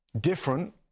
Different